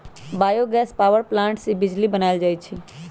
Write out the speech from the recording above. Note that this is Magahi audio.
बायो गैस पावर प्लांट से बिजली बनाएल जाइ छइ